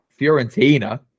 Fiorentina